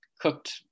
cooked